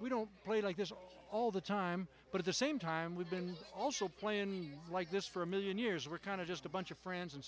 we don't play like this all the time but at the same time we've been also playing like this for a million years we're kind of just a bunch of friends and